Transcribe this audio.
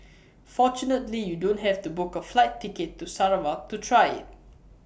fortunately you don't have to book A flight ticket to Sarawak to try IT